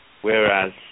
Whereas